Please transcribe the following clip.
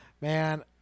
Man